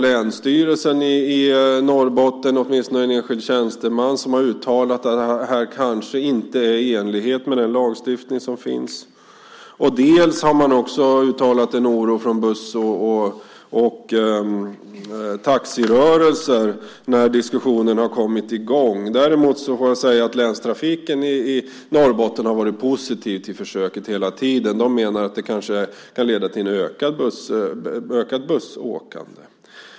Länsstyrelsen i Norrbotten, åtminstone en enskild tjänsteman, har uttalat att det här kanske inte är i enlighet med den lagstiftning som finns. Det har också uttalats en oro från buss och taxirörelser när diskussionen har kommit i gång. Däremot får man säga att Länstrafiken i Norrbotten hela tiden har varit positiv till försöket. Där menar man att det kanske kan leda till ett ökat bussåkande.